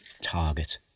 target